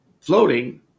floating